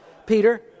Peter